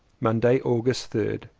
monday, august third.